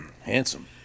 Handsome